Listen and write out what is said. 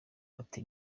ati